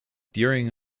during